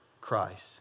Christ